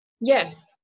Yes